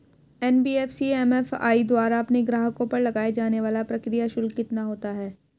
NBFC MFI द्वारा अपने ग्राहकों पर लगाए जाने वाला प्रक्रिया शुल्क कितना होता है?